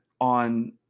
on